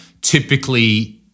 typically